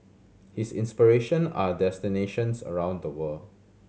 his inspiration are destinations around the world